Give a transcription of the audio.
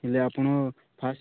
ହେଲେ ଆପଣ ଫାର୍ଷ୍ଟ୍